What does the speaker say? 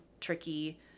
tricky